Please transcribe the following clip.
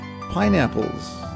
pineapples